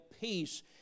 peace